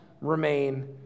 remain